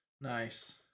Nice